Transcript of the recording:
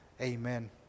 Amen